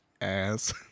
ass